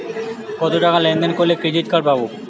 কতটাকা লেনদেন করলে ক্রেডিট কার্ড পাব?